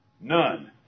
None